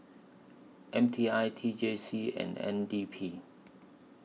M T I T J C and N D P